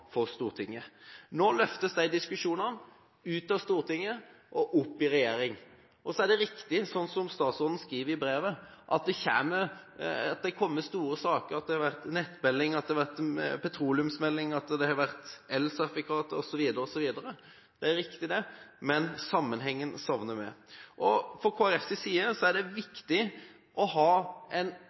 for Stortinget. Nå løftes de diskusjonene ut av Stortinget og opp i regjering. Så er det riktig som statsråden skriver i brevet, at det har kommet store saker, at det har vært nettmelding, at det har vært petroleumsmelding, at det har vært elsertifikater osv. Det er riktig, men sammenhengen savner vi. Fra Kristelig Folkepartis side er det viktig å ha en